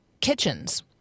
kitchens